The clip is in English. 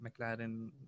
McLaren